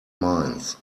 minds